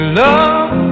love